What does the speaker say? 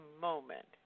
moment